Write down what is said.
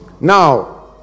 Now